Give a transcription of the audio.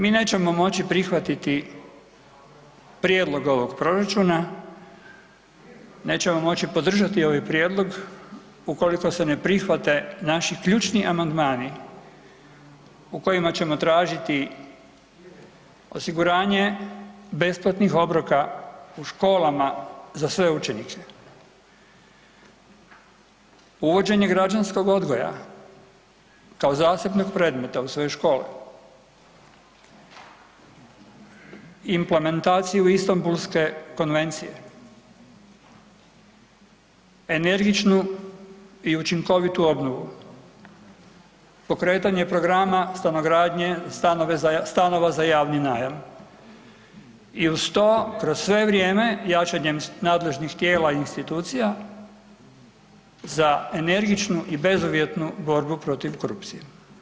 Mi nećemo moći prihvatiti prijedlog ovog proračuna, nećemo moći podržati ovaj prijedlog ukoliko se ne prihvate naši ključni amandmani u kojima ćemo tražiti osiguranje besplatnih obroka u školama za sve učenike, uvođenje građanskog odgoja kao zasebnog predmeta u sve škole, implementaciju Instanbulske konvencije, energičnu i učinkovitu obnovu, pokretanje programa stanogradnje stanova za javni najam i uz to kroz sve vrijeme jačanjem nadležnih tijela i institucija za energičnu i bezuvjetnu borbu protiv korupcije.